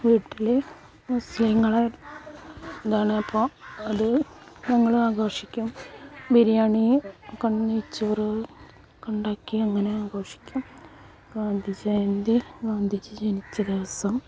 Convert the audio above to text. വീട്ടിൽ മുസ്ലീങ്ങളെ എന്താണ് ഇപ്പോൾ അത് ഞങ്ങളും ആഘോഷിക്കും ബിരിയാണി വെക്കണം നെയ്ച്ചോറ് ഒക്കെ ഉണ്ടാക്കി അങ്ങനെ ആഘോഷിക്കും ഗാന്ധി ജയന്തി ഗാന്ധിജി ജനിച്ച ദിവസം